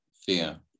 fear